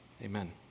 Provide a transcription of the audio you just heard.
Amen